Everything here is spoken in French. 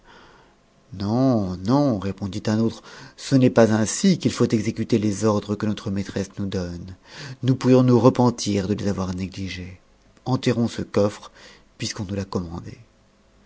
non non répondit un autre ce n'est pas ainsi qu'il faut exécuter les ordres que notre maîtresse nous joune nous pourrions nous repentir de les avoir négligés enterrons ce coffre puisqu'on nous l'a commandé